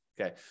okay